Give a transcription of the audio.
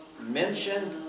mentioned